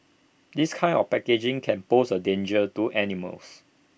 this kind of packaging can pose A danger to animals